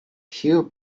hugh